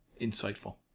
insightful